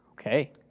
Okay